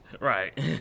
Right